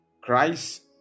Christ